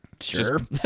Sure